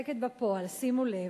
שימו לב,